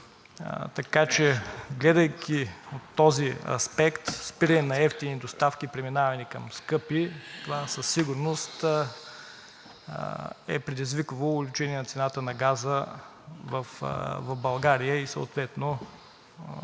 Така че гледайки от този аспект – спиране на евтини доставки и преминаване към скъпи, това със сигурност е предизвикало увеличение на цената на газа в България и съответно загуби